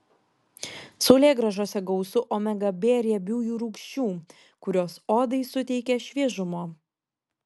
saulėgrąžose gausu omega b riebiųjų rūgščių kurios odai suteikia šviežumo